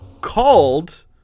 called